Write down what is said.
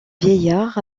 vieillard